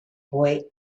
boy